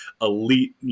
elite